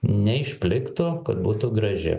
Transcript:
neišpliktų kad būtų graži